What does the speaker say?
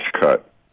cut